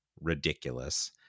ridiculous